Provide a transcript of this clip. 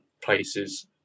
places